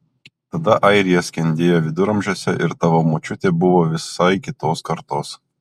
tada airija skendėjo viduramžiuose ir tavo močiutė buvo visai kitos kartos